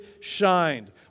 shined